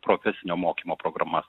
profesinio mokymo programas